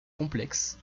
complexe